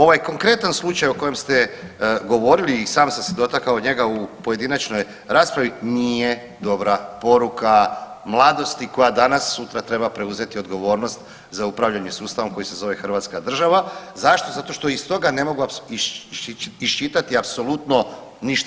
Ovaj konkretan slučaj o kojem ste govorili, i sam sam se dotakao u njega u pojedinačnoj raspravi, nije dobra poruka mladosti koja danas sutra treba preuzeti odgovornost za upravljanje sustavom koji se zove Hrvatska država, zašto, zato što iz toga ne mogu iščitati apsolutno ništa.